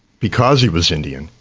because he was indian,